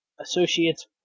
associates